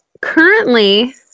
currently